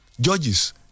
judges